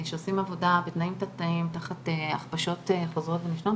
שעושים עבודה בתנאים תת תנאים תחת הכפשות חוזרות ונשנות